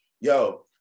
yo